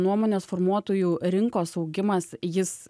nuomonės formuotojų rinkos augimas jis